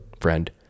friend